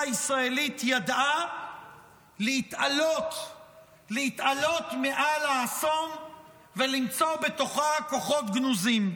הישראלית ידעה להתעלות מעל האסון ולמצוא בתוכה כוחות גנוזים.